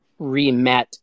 remet